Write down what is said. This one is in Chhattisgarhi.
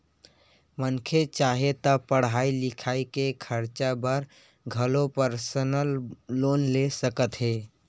मनखे चाहे ता पड़हई लिखई के खरचा बर घलो परसनल लोन ले सकत हे